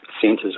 centres